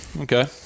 okay